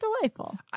delightful